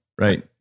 right